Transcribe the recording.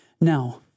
Now